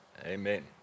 amen